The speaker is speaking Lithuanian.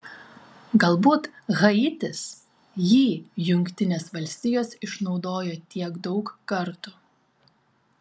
galbūt haitis jį jungtinės valstijos išnaudojo tiek daug kartų